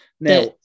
Now